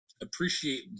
Appreciate